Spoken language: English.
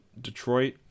Detroit